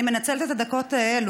משחק 90 דקות.